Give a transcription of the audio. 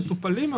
מטופלים,